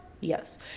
Yes